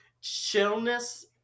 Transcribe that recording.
chillness